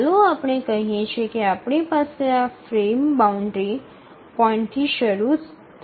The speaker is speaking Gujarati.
ચાલો આપણે કહીએ કે આપણી પાસે આ ફ્રેમ બાઉન્ડ્રી પોઈન્ટથી શરૂ થઈ છે